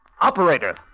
Operator